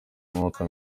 notre